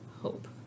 hope